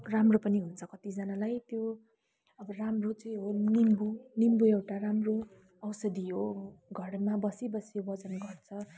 राम्रो पनि हुन्छ कतिजनालाई त्यो अब राम्रो चाहिँ हो निम्बु निम्बु एउटा राम्रो औषधी हो घरमा बसी बसी वजन घट्छ